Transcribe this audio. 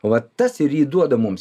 va tas ir įduoda mums